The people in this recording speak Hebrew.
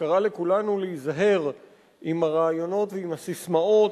שקראה לכולנו להיזהר עם הרעיונות ועם הססמאות,